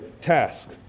task